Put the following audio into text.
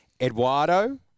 Eduardo